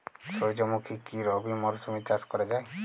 সুর্যমুখী কি রবি মরশুমে চাষ করা যায়?